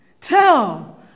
Tell